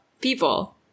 people